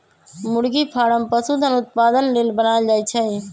मुरगि फारम पशुधन उत्पादन लेल बनाएल जाय छै